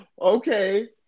okay